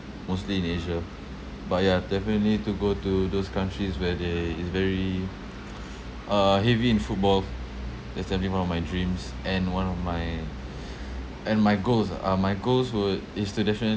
mostly in asia but ya definitely to go to those countries where there is very uh heavy in football that's definitely one of my dreams and one of my and my goals ah uh my goals would is to definite~